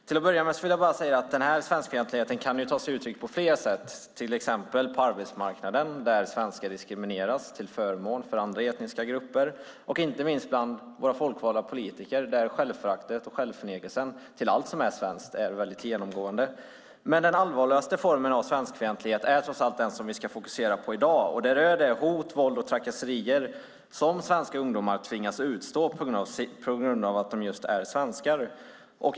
Till att börja med vill jag säga att den här svenskfientligheten kan ta sig flera uttryck, till exempel på arbetsmarknaden där svenskar diskrimineras till förmån för andra etniska grupper och inte minst bland våra folkvalda politiker där självföraktet och självförnekelsen inför allt som är svenskt är genomgående. Men den allvarligaste formen av svenskfientlighet är trots allt den som vi ska fokusera på i dag. Det rör de hot, det våld och de trakasserier som svenska ungdomar tvingas utstå på grund av att de just är svenskar.